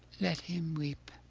let him weep.